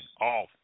off